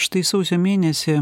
štai sausio mėnesį